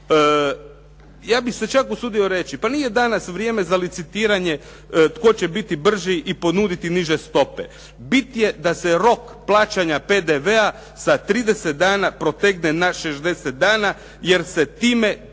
Ja bih se čak usudio reći pa nije danas vrijeme za licitiranje tko će biti brži i ponuditi niže stope. Bit je da se rok plaćanja PDV-a sa 30 dana protegne na 60 dana jer se time